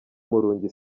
murungi